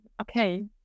okay